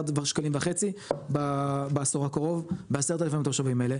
שקלים בעשור הקרוב ו-10 אלף תושבים האלה,